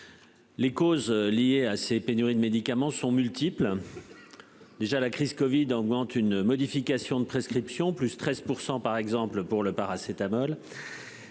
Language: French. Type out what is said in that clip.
Les causes liées à ces pénuries de médicaments sont multiples. Déjà la crise Covid augmentent une modification de prescription, plus 13% par exemple pour le paracétamol.--